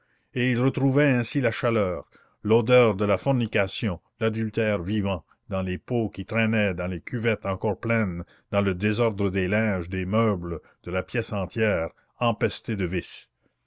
et il retrouvait ainsi la chaleur l'odeur de la fornication l'adultère vivant dans les pots qui traînaient dans les cuvettes encore pleines dans le désordre des linges des meubles de la pièce entière empestée de vice